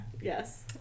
Yes